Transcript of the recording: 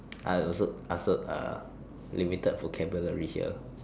I also I also uh limited vocabulary here